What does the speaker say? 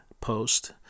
post